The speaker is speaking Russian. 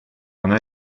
она